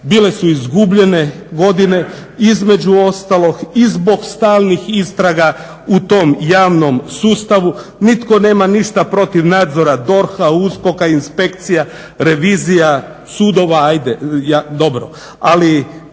bile su izgubljene godine između ostalog i zbog stalnih istraga u tom javnom sustavu. Nitko nema ništa protiv nadzora DORH-a, USKOK-a, inspekcija, revizija, sudova ajde dobro,